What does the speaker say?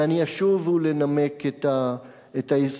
ואני אשוב לנמק את ההסתייגויות.